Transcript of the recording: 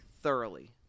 thoroughly